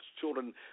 children